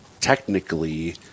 technically